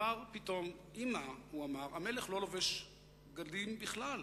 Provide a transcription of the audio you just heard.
אמר פתאום: אמא, המלך לא לובש בגדים בכלל.